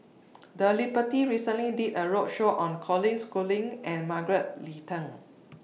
The Liberty recently did A roadshow on Colin Schooling and Margaret Leng Tan